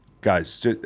Guys